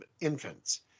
infants